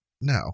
No